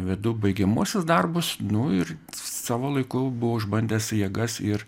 vedu baigiamuosius darbus nu ir savo laiku buvau išbandęs jėgas ir